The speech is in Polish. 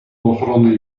ochrony